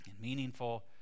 meaningful